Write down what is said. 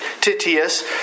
Titius